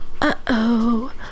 Uh-oh